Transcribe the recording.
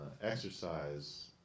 exercise